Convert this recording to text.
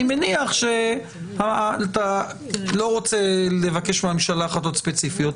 אני מניח שאתה לא רוצה לבקש מהממשלה החלטות ספציפיות.